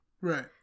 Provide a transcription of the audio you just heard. Right